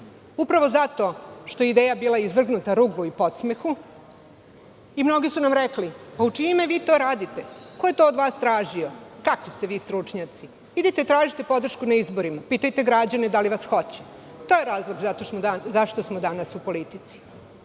upravo zato što je ideja bila izvrgnuta ruglu i podsmehu, i mnogi su nam rekli - a u čije ime vi to radite? Ko je to od vas tražio? Kakvi ste vi stručnjaci? Idite tražite podršku na izborima, pitajte građane da li vas hoće? To je razlog zašto smo danas u politici.